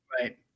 Right